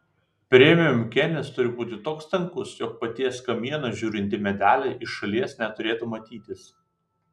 premium kėnis turi būti toks tankus jog paties kamieno žiūrint į medelį iš šalies neturėtų matytis